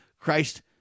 Christ